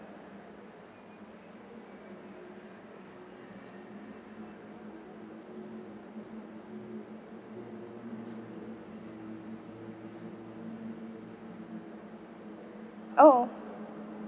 oh